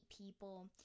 people